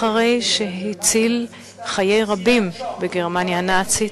אחרי שהציל חיי רבים בגרמניה הנאצית,